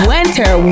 Winter